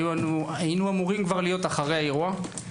היינו אמורים להיות אחרי האירוע.